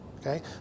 okay